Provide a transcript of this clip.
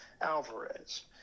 Alvarez